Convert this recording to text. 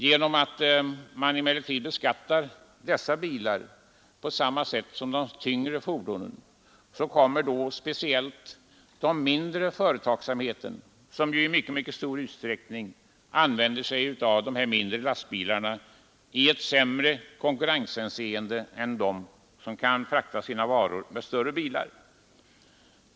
Genom att dessa bilar beskattas på samma sätt som personbilarna kommer emellertid speciellt den mindre företagsamheten, som ju i mycket stor utsträckning använder smärre lastbilar, i ett sämre konkurrensläge än de företag som kan frakta sina varor med större bilar.